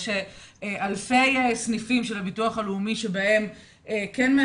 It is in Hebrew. יש אלפי סניפים של הביטוח הלאומי שבהם כן יש